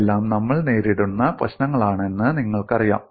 ഇതെല്ലാം നമ്മൾ നേരിടുന്ന പ്രശ്നങ്ങളാണെന്ന് നിങ്ങൾക്കറിയാം